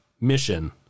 Mission